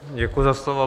Děkuji za slovo.